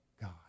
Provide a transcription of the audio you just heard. God